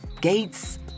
gates